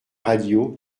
radio